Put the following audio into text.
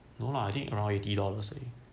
no lah I think around eighty dollars 而已